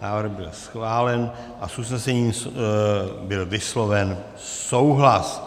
Návrh byl schválen a s usnesením byl vysloven souhlas.